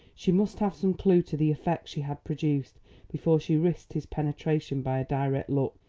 she must have some clew to the effect she had produced before she risked his penetration by a direct look.